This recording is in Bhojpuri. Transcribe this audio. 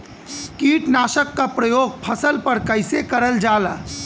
कीटनाशक क प्रयोग फसल पर कइसे करल जाला?